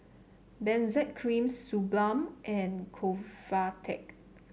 Benzac Cream Suu Balm and Convatec